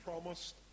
promised